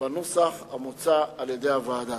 בנוסח המוצע על-ידי הוועדה.